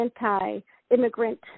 anti-immigrant